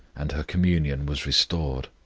and her communion was restored.